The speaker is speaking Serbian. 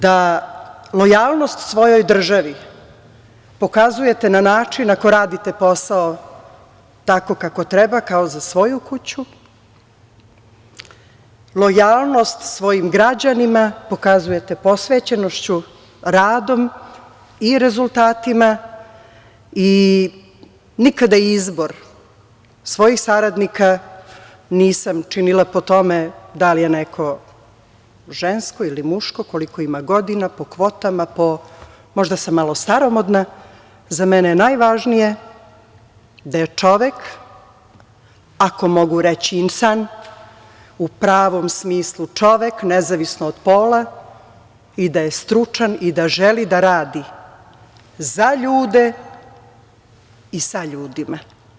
Da lojalnost svojoj državi pokazujete na način ako radite posao tako kako treba, kao za svoju kuću, lojalnost svojim građanima pokazujete posvećenošću, radom i rezultatima i nikada izbor svojih saradnika, nisam činila po tome da li je neko žensko ili muško, koliko ima godina, po kvotama, po, možda sam malo staromodna, za mene je najvažnije da je čovek, ako mogu reći insan, u pravom smislu čovek, nezavisno od pola i da je stručan i da želi da radi za ljude i sa ljudima.